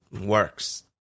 works